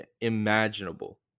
imaginable